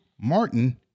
Martin